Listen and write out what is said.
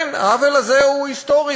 כן, העוול הזה הוא היסטורי.